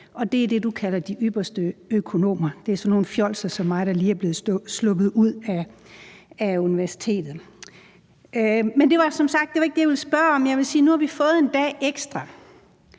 Det er det, du kalder de ypperste økonomer; det er sådan nogle fjolser som mig, der lige er blevet sluppet ud af universitetet. Men det var som sagt ikke det, jeg ville spørge om. Jeg ville sige: Nu har vi fået en dag ekstra,